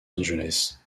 angeles